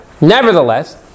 Nevertheless